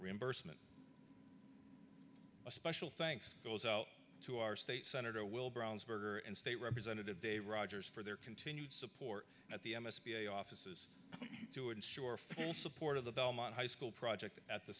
reimbursement a special thanks goes out to our state senator will brownsburg or in state representative de rodgers for their continued support at the m s b offices to ensure full support of the belmont high school project at the